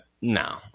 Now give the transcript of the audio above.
No